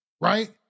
Right